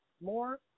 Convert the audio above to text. more